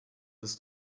ist